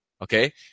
okay